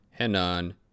Henan